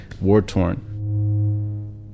war-torn